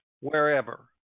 wherever